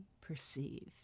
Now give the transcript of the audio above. perceived